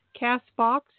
Castbox